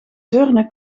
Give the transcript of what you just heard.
deurne